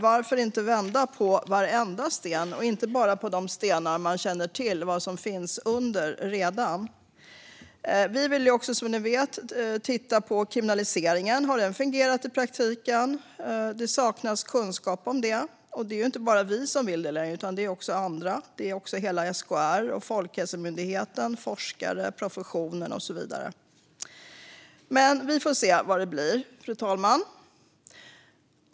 Varför inte vända på varenda sten i stället för att bara göra det när man redan känner till vad som finns under stenen? Vi vill också, som ni vet, titta på kriminaliseringen. Har den fungerat i praktiken? Det saknas kunskap om det. Det är ju inte längre bara vi som vill detta, utan det är också hela SKR, Folkhälsomyndigheten, forskare, professionen och så vidare. Vi får se vad det blir, fru talman.